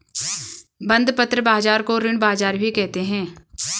बंधपत्र बाज़ार को ऋण बाज़ार भी कहते हैं